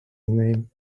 name